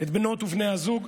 את בנות ובני הזוג.